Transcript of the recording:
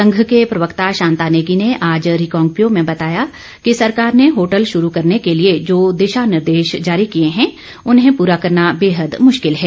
संघ के प्रवक्ता शांता नेगी ने आज रिकांगपिओ में बताया कि सरकार ने होटल ँ शुरू करने के लिए जो दिशा निर्देश जारी किए हैं उन्हें पूरा करना बेहद मुश्किल है